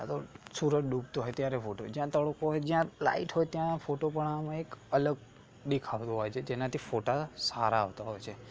કાં તો સુરજ ડૂબતો હોય ત્યારે ફોટો પડાવીએ જ્યાં તડકો હોય જ્યાં લાઈટ હોય ત્યાં ફોટો પડાવવામાં એક અલગ દેખાતો હોય છે જેનાથી ફોટા સારા આવતા હોય છે